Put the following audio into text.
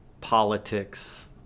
politics